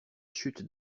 chute